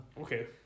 Okay